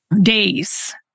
days